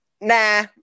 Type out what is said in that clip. Nah